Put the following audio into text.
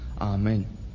Amen